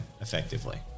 effectively